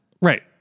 Right